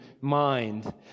mind